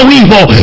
evil